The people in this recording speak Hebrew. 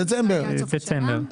בדצמבר.